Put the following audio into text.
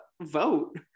vote